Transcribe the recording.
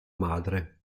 madre